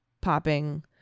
popping